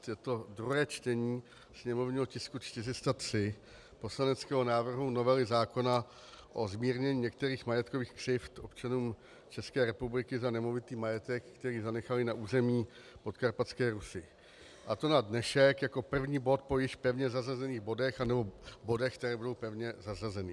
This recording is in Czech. Je to druhé čtení sněmovního tisku 403, poslaneckého návrhu novely zákona o zmírnění některých majetkových křivd občanům České republiky za nemovitý majetek, který zanechali na území Podkarpatské Rusi, a to na dnešek jako první bod po již pevně zařazených bodech, nebo bodech, které budou pevně zařazeny.